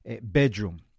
bedroom